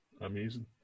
amazing